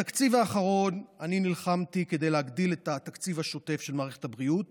בתקציב האחרון אני נלחמתי כדי להגדיל את התקציב השוטף של מערכת הבריאות